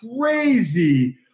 crazy